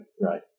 right